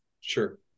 Sure